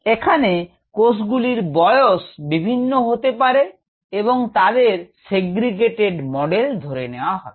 এখানে কোষগুলির বয়স বিভিন্ন হতে পারে এবং তাদের segregated মডেল ধরে নেয়া হবে